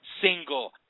single